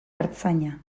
artzaina